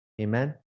amen